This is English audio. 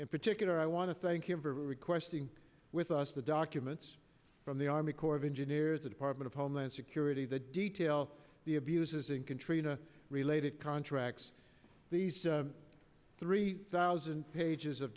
in particular i want to thank him for requesting with us the documents from the army corps of engineers the department of homeland security the detail the abuses and can train a related contracts these three thousand pages of